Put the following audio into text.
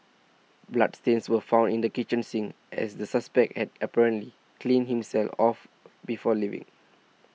bloodstains were found in the kitchen sink as the suspect had apparently cleaned himself off before leaving